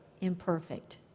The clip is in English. imperfect